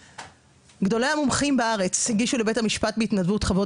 גדולי המומחים בארץ הגישו לבית-המשפט בהתנדבות חוות